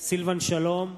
סילבן שלום,